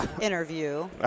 interview